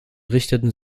richteten